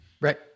Right